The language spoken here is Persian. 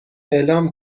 اعلام